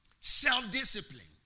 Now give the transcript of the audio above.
Self-discipline